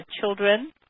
children